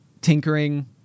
Tinkering